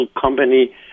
company